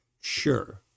sure